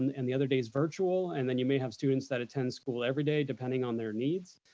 and and the other day is virtual. and then you may have students that attend school every day depending on their needs.